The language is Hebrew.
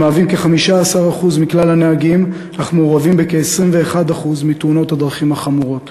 הם מהווים כ-15% מכלל הנהגים אך מעורבים בכ-21% מתאונות הדרכים החמורות.